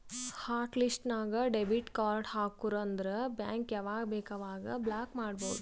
hot list ನಾಗ್ debit card ಹಾಕುರ್ ಅಂದುರ್ ಬ್ಯಾಂಕ್ ಯಾವಾಗ ಬೇಕ್ ಅವಾಗ ಬ್ಲಾಕ್ ಮಾಡ್ಬೋದು